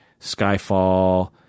Skyfall